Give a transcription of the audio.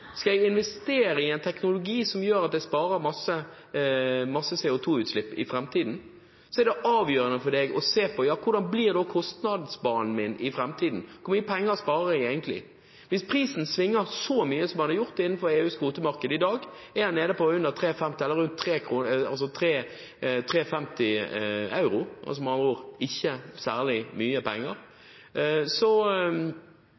skal investere i en teknologi som gjør at du sparer masse CO2-utslipp i framtiden, er det avgjørende for deg å se på hvordan kostnadsbanen blir i framtiden – hvor mange penger du egentlig sparer. Hvis prisen svinger så mye som den har gjort innenfor EUs kvotemarked i dag, og den er nede på rundt 3,50 euro, med andre ord ikke særlig mye